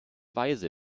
weise